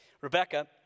Rebecca